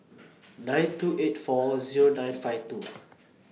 nine two eight four Zero nine five two